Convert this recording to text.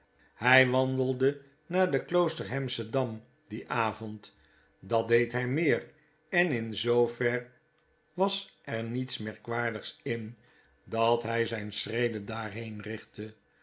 hy wandelde naar den kloosterhamschen dam dien avond dat deed hy meer en in zoover was er niets merkwaardigs in dat hij zyne schreden daarheen richtte